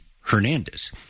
Hernandez